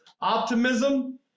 optimism